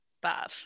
bad